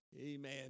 Amen